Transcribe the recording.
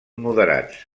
moderats